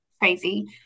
crazy